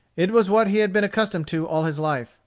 it was what he had been accustomed to all his life.